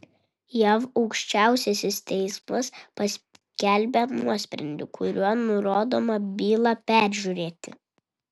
jav aukščiausiasis teismas paskelbė nuosprendį kuriuo nurodoma bylą peržiūrėti